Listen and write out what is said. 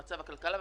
במצב הכלכלה,